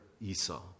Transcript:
Esau